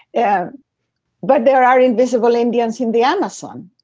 yeah but there are invisible indians in the amazon.